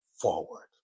forward